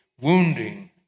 wounding